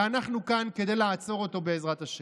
ואנחנו כאן כדי לעצור אותו, בעזרת השם.